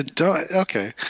Okay